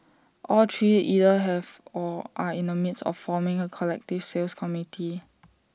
all three either have or are in the midst of forming A collective sales committee